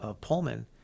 Pullman